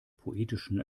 poetischen